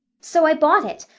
so i bought it,